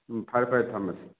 ꯎꯝ ꯐꯔꯦ ꯐꯔꯦ ꯊꯝꯃꯒꯦ